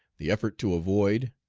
the effort to avoid,